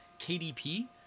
KDP